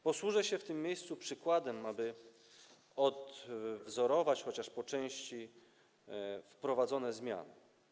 Posłużę się w tym miejscu przykładem, aby odwzorować chociaż po części wprowadzone zmiany.